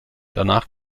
danach